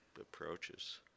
approaches